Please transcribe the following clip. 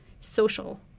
social